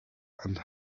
and